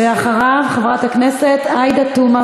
ואחריו, חברת הכנסת עאידה תומא